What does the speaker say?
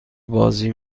بازی